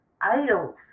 idols